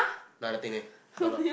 now nothing already talk rock